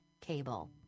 cable